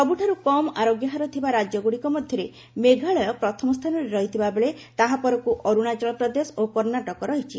ସବୁଠୁ କମ୍ ଆରୋଗ୍ୟ ହାର ଥିବା ରାଜ୍ୟଗୁଡ଼ିକ ମଧ୍ୟରେ ମେଘାଳୟ ପ୍ରଥମ ସ୍ଥାନରେ ରହିଥିବା ବେଳେ ତାହା ପରକ୍ତ ଅରୂଣାଚଳ ପ୍ରଦେଶ ଓ କର୍ଣ୍ଣାଟକ ରହିଛି